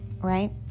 right